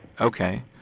Okay